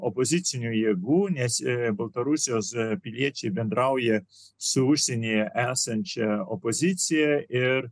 opozicinių jėgų nes baltarusijos piliečiai bendrauja su užsienyje esančia opozicija ir